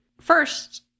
First